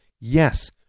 Yes